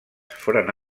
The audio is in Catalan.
foren